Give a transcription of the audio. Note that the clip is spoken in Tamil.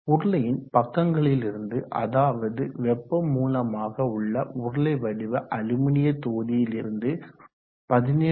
உருளையின் பக்கங்களிலிருந்து அதாவது வெப்ப மூலமாக உள்ள உருளை வடிவ அலுமினிய தொகுதியிலிருந்து 17